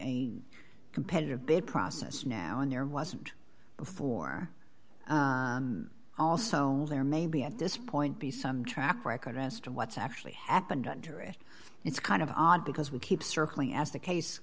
a competitive bid process now and there wasn't before also there may be at this point be some track record as to what's actually happened under it it's kind of odd because we keep circling as the case